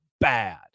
bad